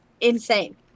insane